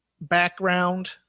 background